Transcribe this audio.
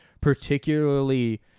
particularly